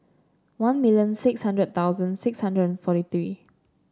one million six hundred thousand six hundred and forty three